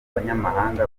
abanyamahanga